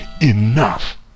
enough